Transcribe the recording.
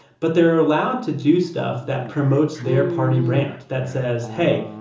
but they're allowed to do stuff that promotes their party brand that says, hey,